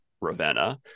ravenna